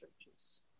churches